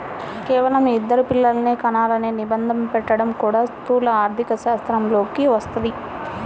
కేవలం ఇద్దరు పిల్లలనే కనాలనే నిబంధన పెట్టడం కూడా స్థూల ఆర్థికశాస్త్రంలోకే వస్తది